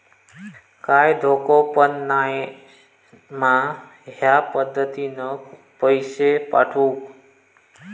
काय धोको पन नाय मा ह्या पद्धतीनं पैसे पाठउक?